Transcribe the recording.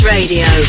Radio